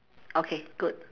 okay good